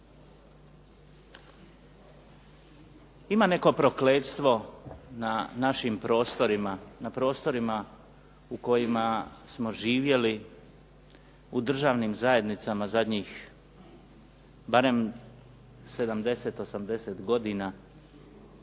Ima neko prokletstvo na našim prostorima, na prostorima u kojima smo živjeli, u državnim zajednicama zadnjih barem 70, 80 godina